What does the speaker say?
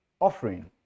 offering